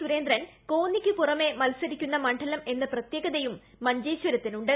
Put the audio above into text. സുരേന്ദ്രൻ കോന്നിക്ക് പുറമെ മത്സരിക്കുന്ന മണ്ഡലം എന്ന പ്രത്യേകതയും മഞ്ചേശ്വരത്തിനുണ്ട്